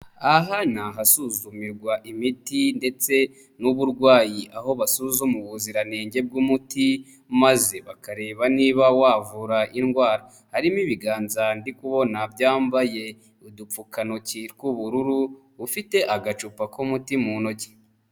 Aha ni ahasuzumirwa imiti ndetse n'uburwayi, aho basuzuma ubuziranenge bw'umuti maze bakareba niba wavura indwara. Harimo ibiganza ndi kubona byambaye udukantoki tw'ubururu ufite agacupa k'umuti mu ntoki.